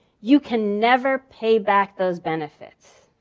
you can never pay back those benefits.